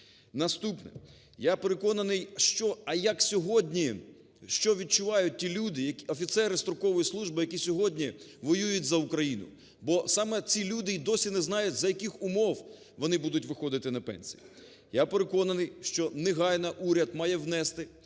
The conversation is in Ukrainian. Наступне. Я переконаний, а як сьогодні, що відчувають ті люди, офіцери строкової служби, які сьогодні воюють за Україну? Бо саме ці люди і досі не знають, за яких умов вони будуть виходити на пенсію. Я переконаний, що негайно уряд має внести